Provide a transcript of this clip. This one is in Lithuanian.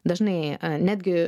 dažnai netgi